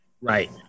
Right